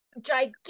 gigantic